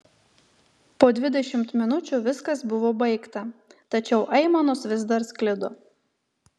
po dvidešimt minučių viskas buvo baigta tačiau aimanos vis dar sklido